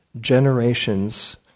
generations